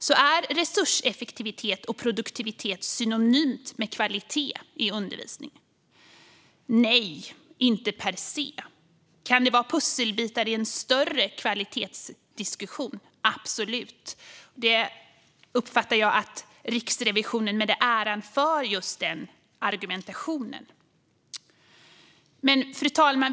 Är då resurseffektivitet och produktivitet synonymt med kvalitet i undervisningen? Nej, inte per se. Kan det vara pusselbitar i en större kvalitetsdiskussion? Absolut. Jag uppfattar också att Riksrevisionen med den äran för just den argumentationen. Fru talman!